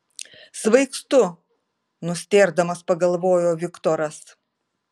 svaigstu nustėrdamas pagalvojo viktoras